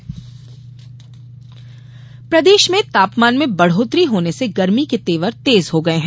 मौसम प्रदेश में तापमान में बढोत्तरी होने से गर्मी के तेवर तेज हो गये है